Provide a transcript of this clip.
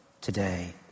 today